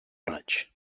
raig